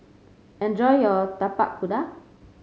enjoy your Tapak Kuda